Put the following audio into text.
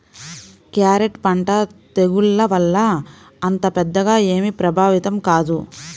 carrot పంట తెగుళ్ల వల్ల అంత పెద్దగా ఏమీ ప్రభావితం కాదు